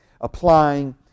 applying